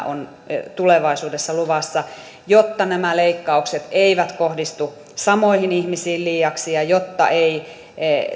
on tulevaisuudessa luvassa jotta nämä leikkaukset eivät kohdistu samoihin ihmisiin liiaksi ja jotta ei